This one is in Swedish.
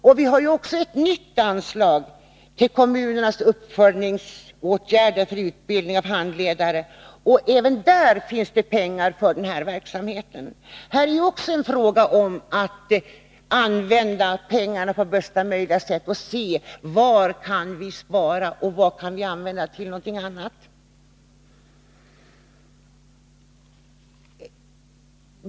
Det finns också ett nytt anslag till kommunernas uppföljningsåtgärder för utbildning av handledare, och även där finns det pengar för skolinformatörsverksamheten. Det här är ju också en fråga om att använda pengarna på bästa möjliga sätt och se var vi kan spara och vad vi kan använda till något annat.